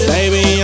Baby